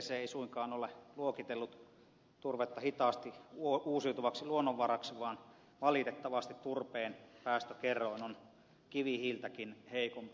ipcc ei suinkaan ole luokitellut turvetta hitaasti uusiutuvaksi luonnonvaraksi vaan valitettavasti turpeen päästökerroin on kivihiiltäkin heikompi